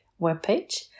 webpage